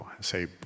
say